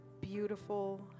beautiful